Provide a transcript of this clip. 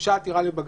הוגשה עתירה לבג"ץ.